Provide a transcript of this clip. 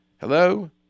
Hello